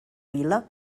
vila